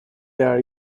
their